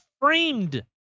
framed